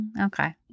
okay